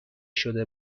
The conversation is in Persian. شده